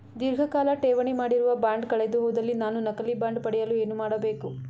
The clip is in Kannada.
ಧೀರ್ಘಕಾಲ ಠೇವಣಿ ಮಾಡಿರುವ ಬಾಂಡ್ ಕಳೆದುಹೋದಲ್ಲಿ ನಾನು ನಕಲಿ ಬಾಂಡ್ ಪಡೆಯಲು ಏನು ಮಾಡಬೇಕು?